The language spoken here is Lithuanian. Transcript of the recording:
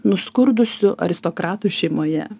nuskurdusių aristokratų šeimoje